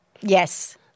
Yes